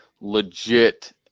legit